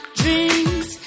dreams